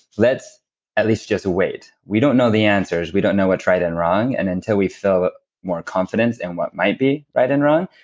let's at least just wait. we don't know the answers, we don't know what's right and wrong, and until we feel more confidence in what might be right and wrong,